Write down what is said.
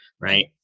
Right